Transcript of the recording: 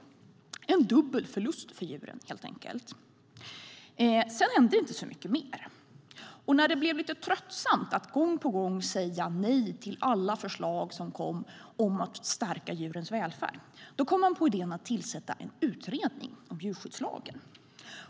Det var en dubbel förlust för djuren, helt enkelt. Sedan hände det inte så mycket mer. När det blev lite tröttsamt att gång på gång säga nej till alla förslag som kom om att stärka djurens välfärd, då kom regeringen på idén att tillsätta en utredning om djurskyddslagen.